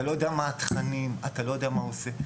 אתה לא יודע מהם התכנים; אתה לא יודע מה הוא עושה.